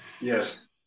Yes